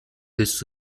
willst